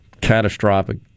Catastrophic